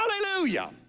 Hallelujah